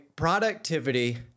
productivity